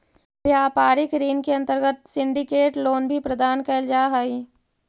व्यापारिक ऋण के अंतर्गत सिंडिकेट लोन भी प्रदान कैल जा हई